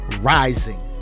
rising